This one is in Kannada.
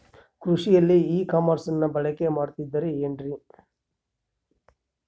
ಕೃಷಿಯಲ್ಲಿ ಇ ಕಾಮರ್ಸನ್ನ ಬಳಕೆ ಮಾಡುತ್ತಿದ್ದಾರೆ ಏನ್ರಿ?